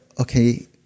okay